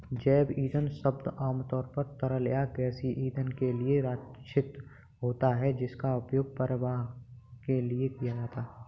जैव ईंधन शब्द आमतौर पर तरल या गैसीय ईंधन के लिए आरक्षित होता है, जिसका उपयोग परिवहन के लिए किया जाता है